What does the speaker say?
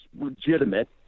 legitimate